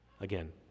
Again